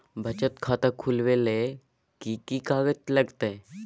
बचत खाता खुलैबै ले कि की कागज लागतै?